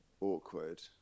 awkward